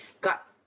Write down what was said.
got